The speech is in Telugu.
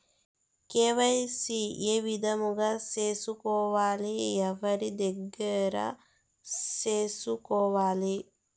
కె.వై.సి ఏ విధంగా సేసుకోవాలి? ఎవరి దగ్గర సేసుకోవాలి?